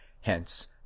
hence